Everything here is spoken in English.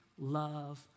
love